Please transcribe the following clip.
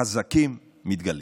החזקים מתגלים.